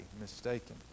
mistaken